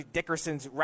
Dickerson's